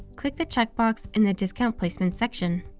click the checkbox in the discount placement section.